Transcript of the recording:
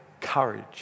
courage